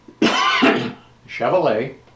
Chevrolet